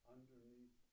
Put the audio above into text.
Underneath